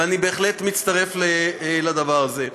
ואני בהחלט מצטרף לדבר הזה.